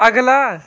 ਅਗਲਾ